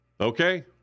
Okay